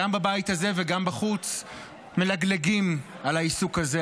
גם בבית הזה וגם בחוץ מלגלגים על העיסוק הזה,